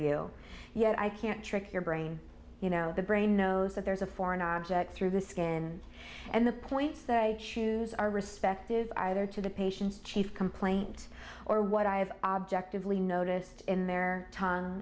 you yet i can't trick your brain you know the brain knows that there's a foreign object through the skin and the points that i choose our respective either to the patients chief complaint or what i have objectively noticed in their t